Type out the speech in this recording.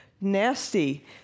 nasty